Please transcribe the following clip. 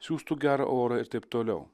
siųstų gerą orą ir taip toliau